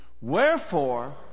Wherefore